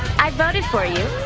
i got it for you.